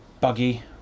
buggy